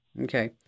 Okay